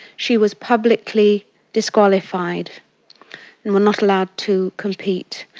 she was publicly disqualified and not allowed to compete.